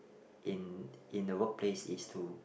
in in the work place is to